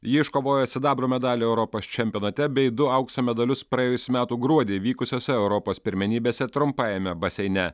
ji iškovojo sidabro medalį europos čempionate bei du aukso medalius praėjusių metų gruodį vykusiose europos pirmenybėse trumpajame baseine